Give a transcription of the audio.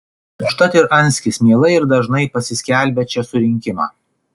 užtat ir anskis mielai ir dažnai pasiskelbia čia surinkimą